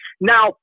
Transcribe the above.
Now